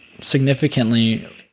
significantly